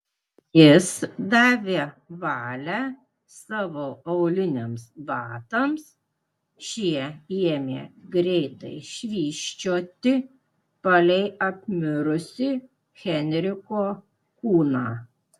jis davė valią savo auliniams batams šie ėmė greitai švysčioti palei apmirusį henriko kūną